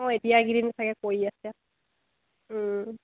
অঁ এতিয়া এই কেইদিন চাগে কৰি আছে